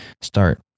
start